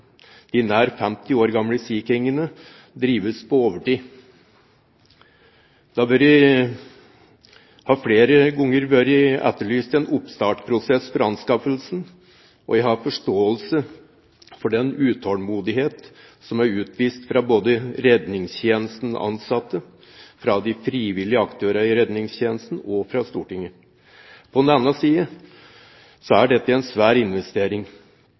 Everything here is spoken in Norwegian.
de nær 50 år gamle Sea King-ene, drives på overtid. Det har flere ganger vært etterlyst en oppstartprosess for anskaffelsen, og jeg har forståelse for den utålmodighet som er utvist av både redningstjenestens ansatte, de frivillige aktørene i redningstjenesten og Stortinget. På den annen side er dette en svær investering.